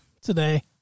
today